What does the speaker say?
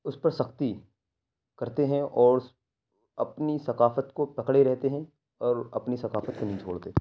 اس پر سختی کرتے ہیں اور اپنی ثقافت کو پکڑے رہتے ہیں اور اپنی ثقافت کو نہیں چھوڑتے